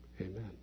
Amen